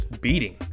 beating